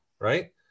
right